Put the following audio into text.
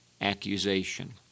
accusation